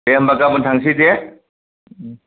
दे होनबा गाबोन थांसै दे